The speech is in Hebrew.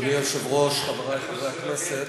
אדוני היושב-ראש, חברי חברי הכנסת,